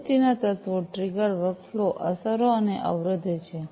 પ્રવૃત્તિના તત્વો trigger workflow અસરો અને અવરોધ છે